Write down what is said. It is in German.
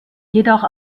jedoch